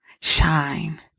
shine